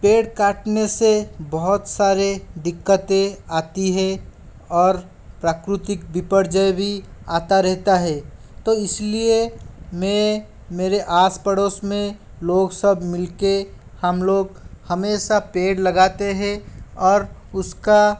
पेड़ काटने से बहुत सारी दिक्कतें आती है और प्राकृतिक बिपरजय भी आता रहता है तो इस लिए मैं मेरे आस पड़ोस में लोग सब मिल कर हम लोग हमेशा पेड़ लगाते हैं और उसका